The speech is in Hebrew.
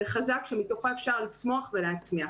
לחזק שמתוכו אפשר לצמוח ולהצמיח.